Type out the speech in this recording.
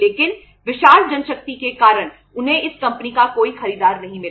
लेकिन विशाल जनशक्ति के कारण उन्हें इस कंपनी का कोई खरीदार नहीं मिला